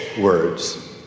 words